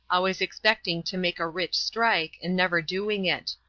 always expecting to make a rich strike, and never doing it.